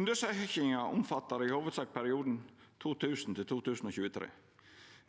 Undersøkinga omfattar i hovudsak perioden 2000– 2023.